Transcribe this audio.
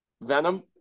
Venom